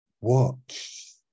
Watch